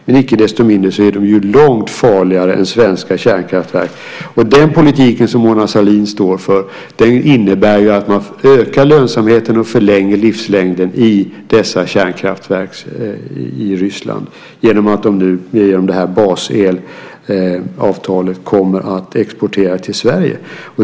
Men icke desto mindre är de långt farligare än svenska kärnkraftverk. Den politik som Mona Sahlin står för innebär att man ökar lönsamheten och förlänger livslängden för dessa kärnkraftverk i Ryssland genom att de genom detta baselavtalet kommer att exportera till Sverige.